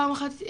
פעם אחת,